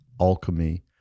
Alchemy